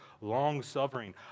long-suffering